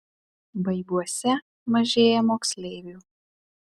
baibiuose mažėja moksleivių